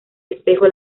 espejo